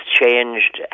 changed